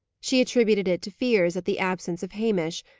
she attributed it to fears at the absence of hamish,